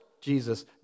Jesus